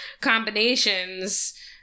combinations